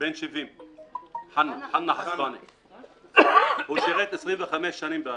הוא בן 70. הוא שירת במשך 25 שנים בצד"ל.